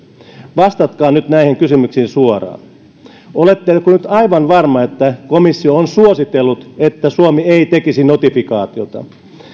vastatkaa nyt näihin kysymyksiin suoraan oletteko nyt aivan varma että komissio on suositellut että suomi ei tekisi notifikaatiota